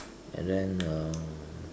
and then um